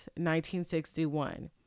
1961